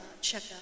check